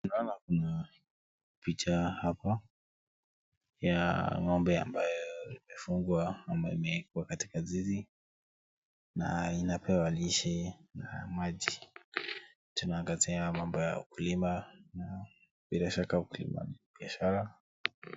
Tunaona kuna picha hapa ya ng'ombe ambayo imefungwa ama imewekwa katika zizi na inapewa lishe na maji. Tunaangazia mambo ya ukulima na bila shaka ukulima ni biashara.